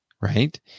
Right